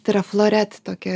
tai yra floret tokia